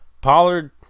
Pollard